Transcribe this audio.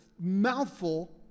mouthful